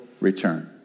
return